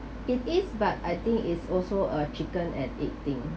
it is but I think is also a chicken and egg thing